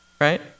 right